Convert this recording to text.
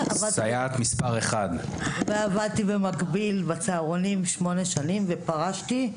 במקביל עבדתי בצהרונים מעל שמונה שנים ופרשתי.